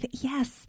Yes